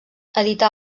edità